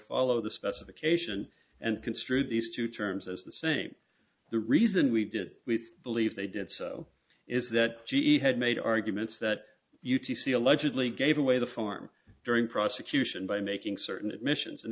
follow the specification and construe these two terms as the same the reason we did we believe they did so is that g e had made arguments that u t c allegedly gave away the farm during prosecution by making certain admissions and